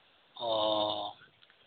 ᱚ